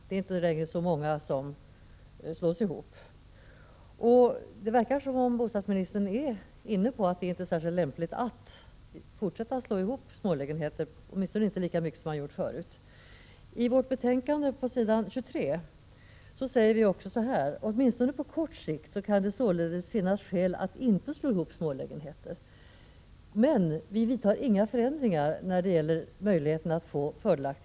Det är inte längre så många lägenheter som slås ihop. Det verkar som om bostadsministern är inne på att det inte är särskilt lämpligt att fortsätta att slå ihop smålägenheter — åtminstone inte lika mycket som man gjorde förut. I bostadsutskottets betänkande 7 säger vi också på s. 23: ”Åtminstone på kort sikt kan det således finnas skäl att inte slå ihop små lägenheter.” Men vi gör inga förändringar när det gäller möjligheterna att få fördelaktiga lån. Jag Prot.